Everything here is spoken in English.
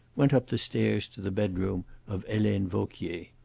went up the stairs to the bedroom of helene vauquier.